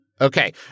Okay